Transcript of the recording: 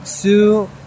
two